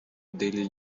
daily